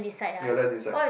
ya then it's like